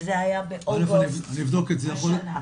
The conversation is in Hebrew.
וזה היה באוגוסט השנה.